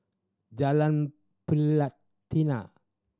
Jalan Pelatina